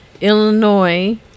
Illinois